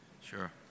Sure